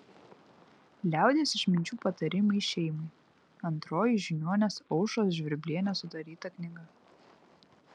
liaudies išminčių patarimai šeimai antroji žiniuonės aušros žvirblienės sudaryta knyga